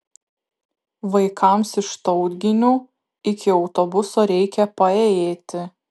vaikams iš tautginių iki autobuso reikia paėjėti